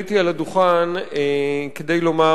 עליתי לדוכן כדי לומר,